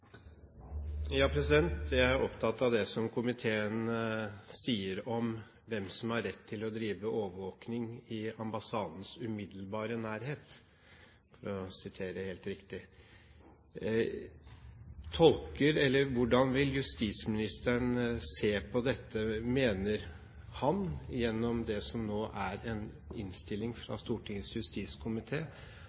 opptatt av det som komiteen sier om hvem som har rett til å drive overvåkning i «ambassadens umiddelbare nærhet» – jeg siterer det helt riktig. Hvordan ser justisministeren på dette? Mener han, gjennom det som nå er en innstilling fra Stortingets